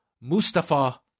Mustafa